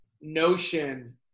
notion